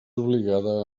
obligada